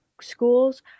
schools